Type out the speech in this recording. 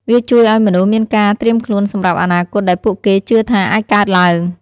វាជួយឲ្យមនុស្សមានការត្រៀមខ្លួនសម្រាប់អនាគតដែលពួកគេជឿថាអាចកើតឡើង។